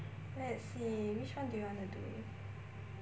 let's see which one do you want to do